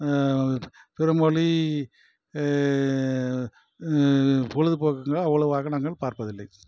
பிறமொழி பொழுதுபோக்குங்களெலாம் அவ்வளோவாக நாங்கள் பார்ப்பதில்லை